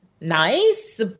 nice